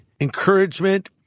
encouragement